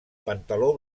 pantaló